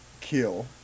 Kill